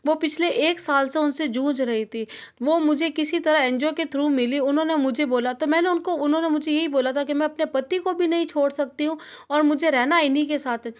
वो पिछले एक साल से उन से जूझ रही थी वो मुझे किसी तरह एन जी ओ के थ्रू मिली उन्होंने मुझे बोला तो मैंने उनको उन्होंने मुझे यही बोला था कि मैं अपने पति को भी नहीं छोड़ सकती हूँ और मुझे रहना इन्हीं के साथ